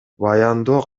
баяндоо